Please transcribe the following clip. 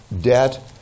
debt